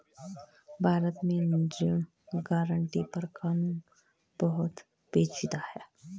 भारत में ऋण गारंटी पर कानून बहुत पेचीदा है